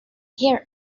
hear